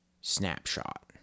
snapshot